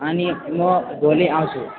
अनि म भोलि आउँछु